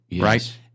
Right